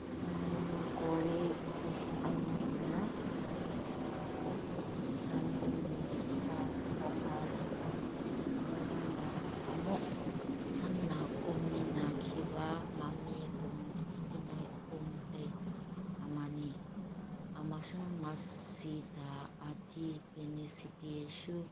ꯃꯤꯅꯨ ꯀꯣꯔꯤ ꯂꯤꯁꯤꯡ ꯑꯅꯤꯒ ꯇꯔꯥ ꯇꯔꯦꯠ ꯑꯁꯤ ꯂꯥꯟꯃꯤ ꯅꯤꯕꯤꯠ ꯊꯥ ꯊꯣꯃꯥꯁꯒ ꯂꯣꯏꯅꯅ ꯑꯃꯨꯛ ꯍꯟꯅ ꯀꯨꯝꯃꯤꯟꯅꯈꯤꯕ ꯃꯃꯤ ꯀꯨꯝꯍꯩ ꯑꯃꯅꯤ ꯑꯃꯁꯨꯡ ꯃꯁꯤꯗ ꯑꯇꯤꯄꯤꯅꯤꯁꯤꯇꯤꯁꯨ